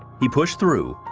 he pushed through,